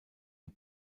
die